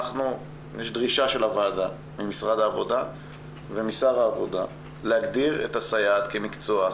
יש דרישה של הוועדה ממשרד העבודה ומשר העבודה להגדיר את הסייעת כמקצוע,